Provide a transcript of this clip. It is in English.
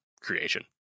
creation